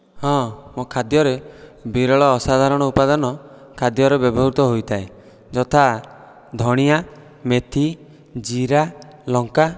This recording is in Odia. ହଁ ମୋ ଖାଦ୍ୟରେ ବିରଳ ଅସାଧାରଣ ଉପାଦାନ ଖାଦ୍ୟରେ ବ୍ୟବହୃତ ହୋଇଥାଏ ଯଥା ଧଣିଆ ମେଥି ଜିରା ଲଙ୍କା